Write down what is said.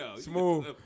Smooth